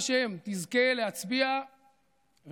בעזרת השם, תזכה להצביע ולהעביר,